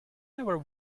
never